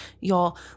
Y'all